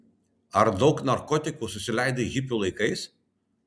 ar daug narkotikų susileidai hipių laikais